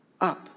up